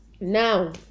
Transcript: now